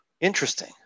Interesting